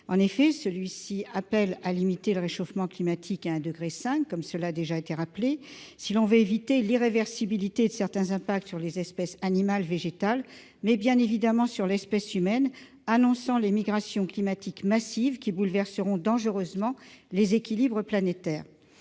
En effet, celui-ci appelle à limiter le réchauffement climatique à 1,5 degré Celsius, comme cela a été rappelé, si l'on veut éviter l'irréversibilité de certains impacts non seulement sur les espèces animales et végétales, mais bien évidemment aussi sur l'espèce humaine, annonçant les migrations climatiques massives qui bouleverseront dangereusement les équilibres planétaires.